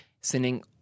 sending